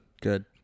Good